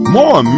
more